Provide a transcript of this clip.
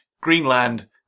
Greenland